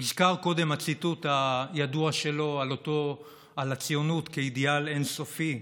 הוזכר קודם הציטוט הידוע שלו על הציונות כאידיאל אין-סופי.